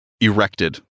erected